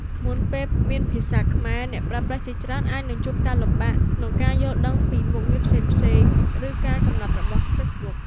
មុនពេលមានភាសាខ្មែរ អ្នកប្រើប្រាស់ជាច្រើនអាចនឹងជួបការលំបាកក្នុងការយល់ដឹងពីមុខងារផ្សេងៗ ឬការកំណត់របស់ Facebook។